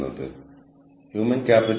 അടുത്തത് സാമൂഹിക പ്രത്യാഘാതങ്ങൾ